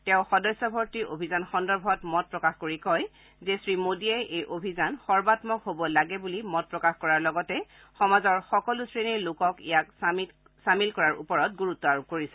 তেওঁ সদস্য ভৰ্তি অভিযান সন্দৰ্ভত মত প্ৰকাশ কৰি কয় যে শ্ৰীমোডীয়ে এই অভিযান সৰ্বাম্মক হ'ব লাগে বুলি মত প্ৰকাশ কৰাৰ লগতে সমাজৰ সকলো শ্ৰেণীৰ লোকক ইয়াত চামিল কৰাৰ ওপৰত গুৰুত্ব আৰোপ কৰিছে